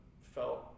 felt